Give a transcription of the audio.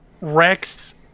Rex